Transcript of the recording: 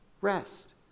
Rest